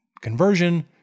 conversion